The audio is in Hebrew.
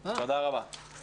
הישיבה ננעלה בשעה 10:31.